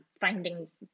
findings